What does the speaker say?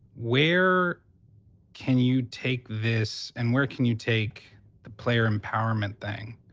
where can you take this and where can you take the player empowerment thing?